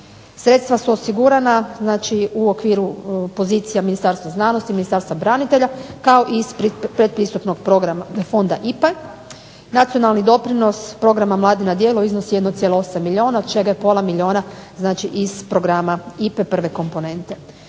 Sredstva su osigurana znači u okviru pozicija Ministarstva znanosti, Ministarstva branitelja kao iz predpristupnog Fonda IPA. Nacionalni doprinos Programa mladi na djelu iznosi 1,8 milijuna čega je pola milijuna iz Programa IPA prva komponente.